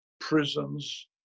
prisons